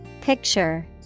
Picture